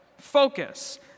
focus